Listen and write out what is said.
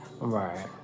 Right